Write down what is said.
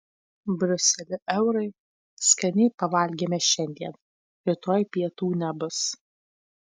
briuselio eurai skaniai pavalgėme šiandien rytoj pietų nebus